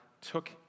took